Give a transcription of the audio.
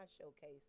showcase